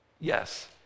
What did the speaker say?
Yes